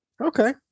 Okay